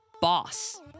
boss